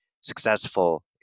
successful